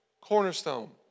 cornerstone